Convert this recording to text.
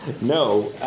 No